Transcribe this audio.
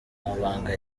amabanga